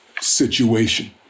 situation